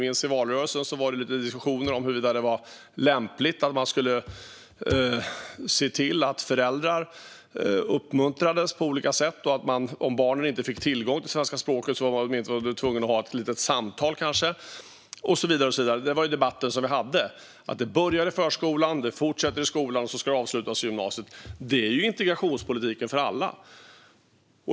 I valrörelsen var det lite diskussioner om huruvida det var lämpligt att se till att föräldrar på olika sätt uppmuntras och att de, om barnen inte får tillgång till svenska språket, åtminstone är tvungna att ha ett litet samtal och så vidare. Det var den debatt vi hade. Det börjar i förskolan och fortsätter i skolan, och sedan ska det avslutas i gymnasiet. Detta är integrationspolitik för alla.